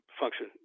function